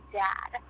dad